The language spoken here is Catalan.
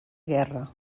guerra